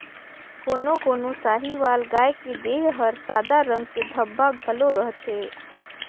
कोनो कोनो साहीवाल गाय के देह हर सादा रंग के धब्बा घलो रहथे